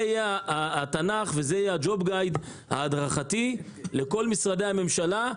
זה יהיה התנ"ך וה-Job guide ההדרכתי לכל משרדי הממשלה.